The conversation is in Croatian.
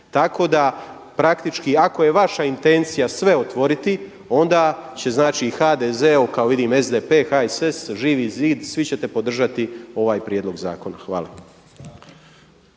Tako da praktički ako je vaša intencija sve otvoriti, onda će znači i HDZ kao i SDP, HSS, Živi zid, svi ćete podržati ovaj prijedlog zakona. Hvala.